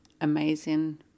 amazing